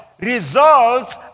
Results